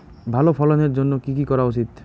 ভালো ফলনের জন্য কি কি করা উচিৎ?